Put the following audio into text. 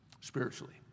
spiritually